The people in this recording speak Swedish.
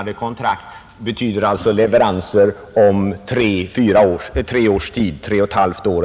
Det betyder alltså leveranser om tre å fyra år.